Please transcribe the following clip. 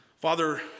father